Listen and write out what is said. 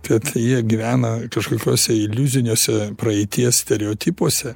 tad jie gyvena kažkokiose iliuziniuose praeities stereotipuose